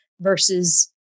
versus